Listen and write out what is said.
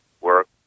work